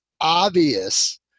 obvious